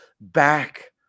back